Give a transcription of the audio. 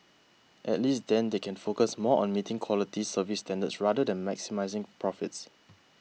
at least then they can focus more on meeting quality service standards rather than maximising profits